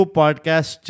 podcast